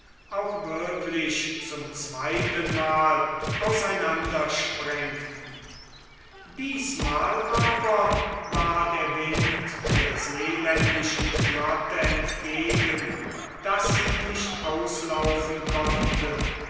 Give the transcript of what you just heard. auch wirklich zum zweitenmal auseinander sprengten diesmal aber war der wind der seeländischen flotte entgegen daß sie nicht auslaufen konnte